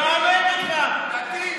אז תטיף,